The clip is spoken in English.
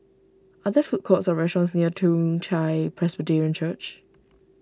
are there food courts or restaurants near Toong Chai Presbyterian Church